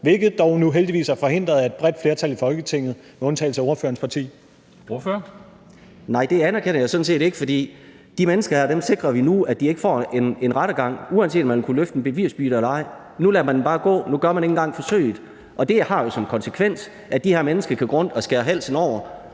hvilket dog nu heldigvis er forhindret af et bredt flertal i Folketinget med undtagelse af ordførerens parti? Kl. 13:15 Formanden (Henrik Dam Kristensen): Ordføreren. Kl. 13:15 Peder Hvelplund (EL): Nej, det anerkender jeg sådan set ikke, for de her mennesker sikrer vi nu ikke får en rettergang, uanset om man ville kunne løfte en bevisbyrde eller ej. Nu lader man dem bare gå. Nu gør man ikke engang forsøget, og det har jo som konsekvens, at de her mennesker kan gå rundt og skære halsen over